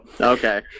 okay